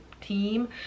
team